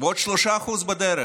ועוד 3% בדרך.